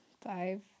five